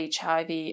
HIV